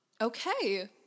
Okay